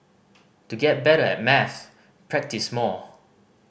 to get better at maths practise more